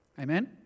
Amen